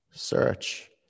Search